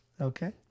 Okay